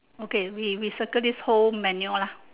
okay we we circle this whole menu lah